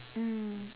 mm